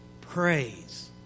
praise